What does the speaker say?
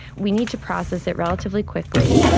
we need to process it relatively quickly.